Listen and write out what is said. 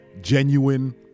genuine